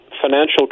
financial